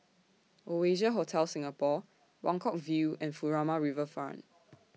Oasia Hotel Singapore Buangkok View and Furama Riverfront